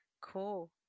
Cool